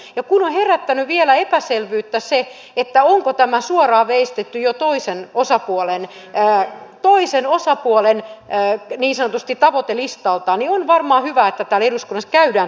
kun on herättänyt vielä epäselvyyttä se onko tämä suoraan veistetty jo toisen osapuolen niin sanotusti tavoitelistalta niin on varmaan hyvä että täällä eduskunnassa käydään tästä keskustelua